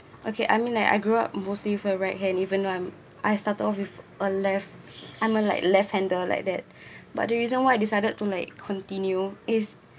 okay I mean like I grew up mostly with a right hand even though I'm I started off with a left I'm a like left hander like that but the reason why I decided to like continue is